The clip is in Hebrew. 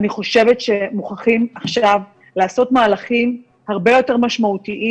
אני חושבת שמוכרחים עכשיו לעשות מהלכים הרבה יותר משמעותיים